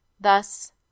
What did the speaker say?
Thus